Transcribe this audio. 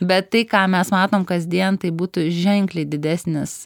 bet tai ką mes matom kasdien tai būtų ženkliai didesnis